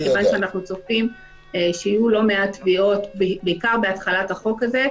מכיוון שאנחנו צופים שיהיו לא מעט תביעות בעיקר בהתחלת החוק הזה.